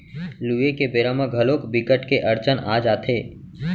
लूए के बेरा म घलोक बिकट के अड़चन आ जाथे